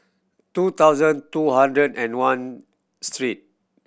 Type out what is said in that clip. two thousand two hundred and one